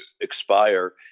expire